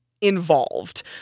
Involved